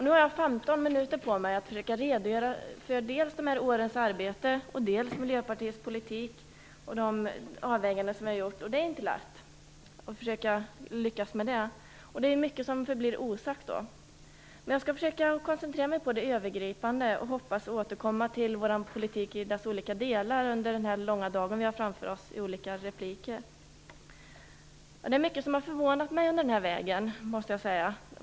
Nu har jag 15 minuter på mig att redogöra för de här årens arbete och Miljöpartiets politik och de avvägningar som vi har gjort. Det är inte lätt. Det är då mycket som förblir osagt. Jag skall koncentrera mig på det övergripande och hoppas kunna återkomma till vår politik i dess olika delar i repliker under den långa dag vi har framför oss. Det är mycket som har förvånat mig under vägen.